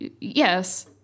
Yes